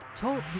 Talk